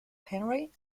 henry